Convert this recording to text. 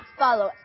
follow